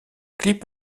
clip